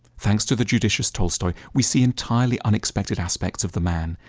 thanks to the judicious tolstoy, we see entirely unexpected aspects of the man.